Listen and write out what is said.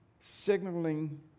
signaling